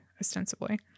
ostensibly